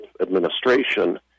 administration